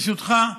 ברשותך.